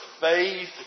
faith